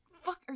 Fuck